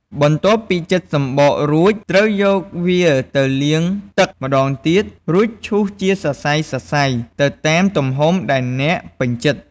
បន្ទាប់ពីចិតសំបករួច ត្រូវយកវាទៅលាងទឹកម្ដងទៀត រួចឈូសជាសរសៃៗ ទៅតាមទំហំដែលអ្នកពេញចិត្ត។